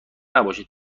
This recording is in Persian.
نباشید